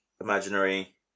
Imaginary